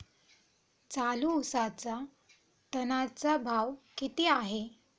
चालू उसाचा टनाचा भाव किती आहे?